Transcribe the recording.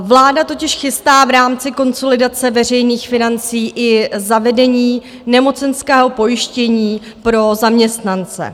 Vláda totiž chystá v rámci konsolidace veřejných financí i zavedení nemocenského pojištění pro zaměstnance.